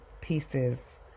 pieces